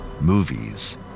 movies